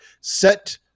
set